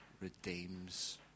redeems